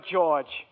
George